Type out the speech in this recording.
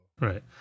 Right